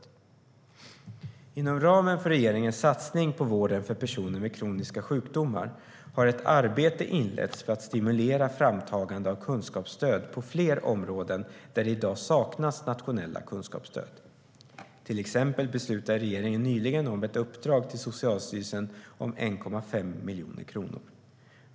Inom ramen för regeringens satsning på vården för personer med kroniska sjukdomar har ett arbete inletts för att stimulera framtagande av kunskapsstöd på flera områden där det i dag saknas nationella kunskapsstöd. Till exempel beslutade regeringen nyligen om ett uppdrag till Socialstyrelsen om 1,5 miljoner kronor.